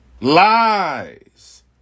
lies